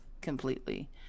completely